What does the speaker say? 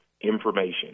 information